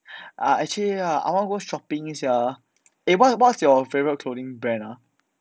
ah actually lah I want go shopping 一下 lah eh what what's your favourite clothing brand ah